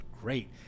great